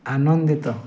ଆନନ୍ଦିତ